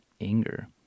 anger